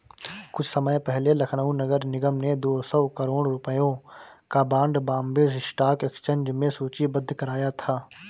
कुछ समय पहले लखनऊ नगर निगम ने दो सौ करोड़ रुपयों का बॉन्ड बॉम्बे स्टॉक एक्सचेंज में सूचीबद्ध कराया था